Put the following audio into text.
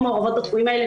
או מעורבות בתחומים האלה,